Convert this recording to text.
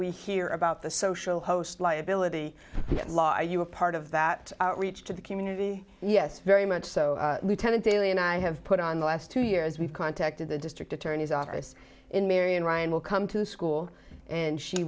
we hear about the social host liability law you were part of that outreach to the community yes very much so lieutenant daley and i have put on the last two years we've contacted the district attorney's office in marion ryan will come to the school and she